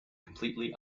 completely